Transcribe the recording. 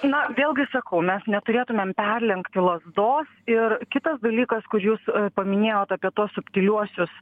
na vėlgi sakau mes neturėtumėm perlenkti lazdos ir kitas dalykas kur jūs paminėjot apie tuos subtiliuosius